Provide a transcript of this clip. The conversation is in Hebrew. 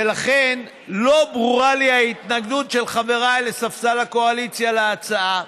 ולכן לא ברורה לי ההתנגדות של חבריי לספסל הקואליציה להצעה.